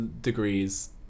degrees